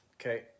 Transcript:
Okay